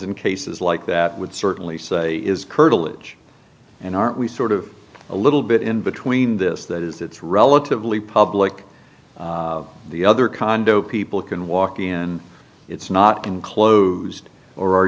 and cases like that would certainly say is curtilage and aren't we sort of a little bit in between this that is it's relatively public the other condo people can walk in it's not enclosed or are